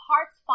hearts